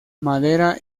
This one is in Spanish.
madera